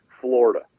Florida